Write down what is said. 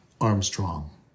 Armstrong